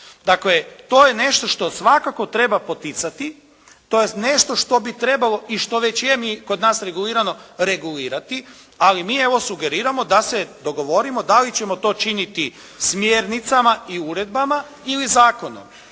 Dakle, to je nešto što svakako treba poticati, to je nešto što bi trebalo i što već je kod nas nije regulirano, treba regulirati, a mi evo sugerirano da se dogovorimo da li ćemo to činiti smjernicama i uredbama ili zakonom.